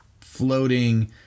floating